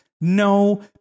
No